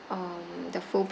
um the full